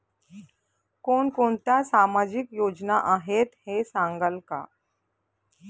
कोणकोणत्या सामाजिक योजना आहेत हे सांगाल का?